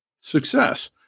Success